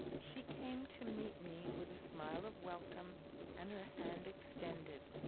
she came to meet me with a smile of welcome and her hand extended,